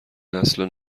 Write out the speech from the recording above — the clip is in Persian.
نسل